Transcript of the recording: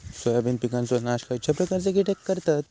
Soybean पिकांचो नाश खयच्या प्रकारचे कीटक करतत?